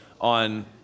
on